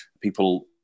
People